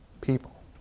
people